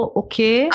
okay